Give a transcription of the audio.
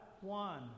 one